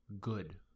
good